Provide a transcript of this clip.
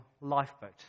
lifeboat